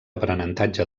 aprenentatge